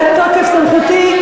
בתוקף סמכותי,